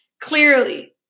clearly